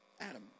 Adam